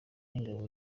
ingabo